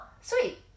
sweet